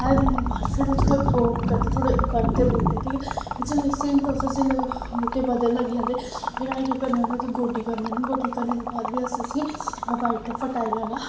हैन देने दे बाद फिर ओह् थोह्ड़े ग्रो करदे थोह्ड़े बधदे बूह्टे ठीक ऐ जेल्लै सेम प्रोसेस जेल्लै बूह्टे बधन लग्गी जंदे फिर अस केह् करने होन्ने ओह्दे गोड्डी करने होन्ने गोड्डी करने दे बाद बी अस उसी वाईट फर्टाइल आह्ला